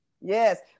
yes